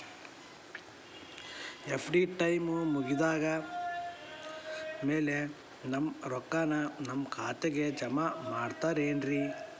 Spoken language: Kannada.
ಎಫ್.ಡಿ ಟೈಮ್ ಮುಗಿದಾದ್ ಮ್ಯಾಲೆ ನಮ್ ರೊಕ್ಕಾನ ನಮ್ ಖಾತೆಗೆ ಜಮಾ ಮಾಡ್ತೇರೆನ್ರಿ?